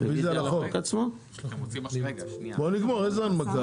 סיימתי לנמק.